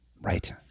Right